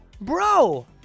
Bro